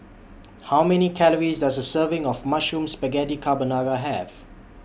How Many Calories Does A Serving of Mushroom Spaghetti Carbonara Have